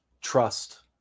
trust